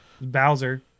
Bowser